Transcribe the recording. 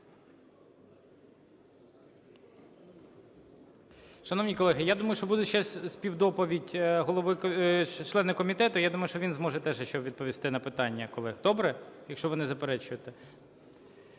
Шановні колеги, я думаю, що буде ще співдоповідь голови, члена комітету. Я думаю, що він зможе теж іще відповісти на питання колег. Добре? Якщо ви не заперечуєте.